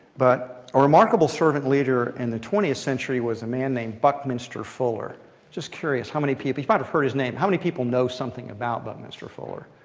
but a remarkable servant leader in the twentieth century was a man named buckminster fuller. i'm just curious. how many people you might have heard his name how many people know something about buckminster fuller?